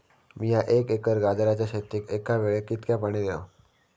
मीया एक एकर गाजराच्या शेतीक एका वेळेक कितक्या पाणी देव?